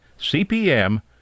CPM